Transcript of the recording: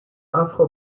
afro